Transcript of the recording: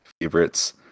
favorites